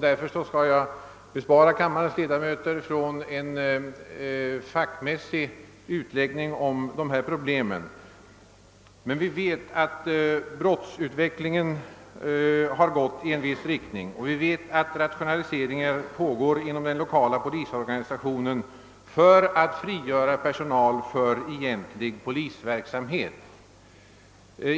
Därför skall jag bespara kammarens ledamöter en fack mässig utläggning av dessa problem. Men vi vet att brottsutvecklingen har gått i en viss riktning, och vi vet att rationaliseringar pågår inom den lokala polisorganisationen för att frigöra personal för egentlig polisverksamhet.